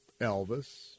Elvis